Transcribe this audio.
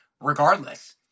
regardless